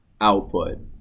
output